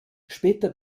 später